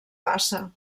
bassa